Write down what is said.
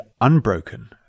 unbroken